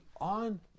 on